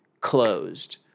closed